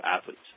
athletes